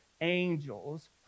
angels